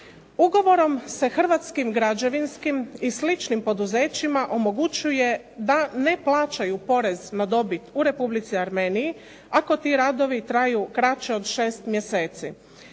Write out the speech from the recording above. Ugovorom se hrvatskim građevinskim i sličnim poduzećima omogućuje da ne plaćaju porez na dobit u Republici Armeniji, ako ti radovi traju kraće od 6 mjeseci.